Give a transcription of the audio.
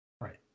Right